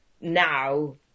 now